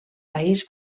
país